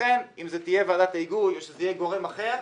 לכן, אם זו תהיה ועדת היגוי או יהיה גורם אחר,